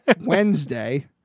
Wednesday